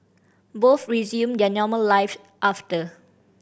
both resumed their normal live after